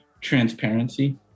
transparency